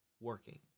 working